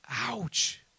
Ouch